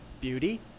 beauty